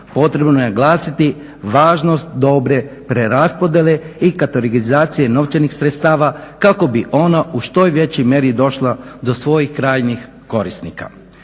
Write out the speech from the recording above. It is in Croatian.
potrebno je naglasiti važnost dobre preraspodjele i kategorizacije novčanih sredstava kako bi ono u što većoj mjeri došlo do svojih krajnjih korisnika.